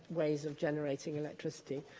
ways of generating electricity,